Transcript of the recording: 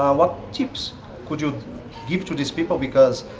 um what tips could you give to this people? because,